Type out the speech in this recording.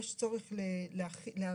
יש צורך להיערך,